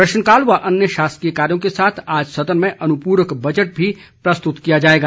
प्रश्नकाल व अन्य शासकीय कार्यों के साथ आज सदन में अनुपूरक बजट भी प्रस्तुत किया जाएगा